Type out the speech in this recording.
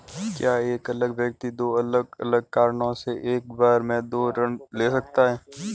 क्या एक व्यक्ति दो अलग अलग कारणों से एक बार में दो ऋण ले सकता है?